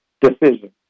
decision